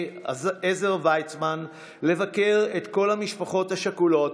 עזר ויצמן לבקר את כל המשפחות השכולות,